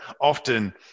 often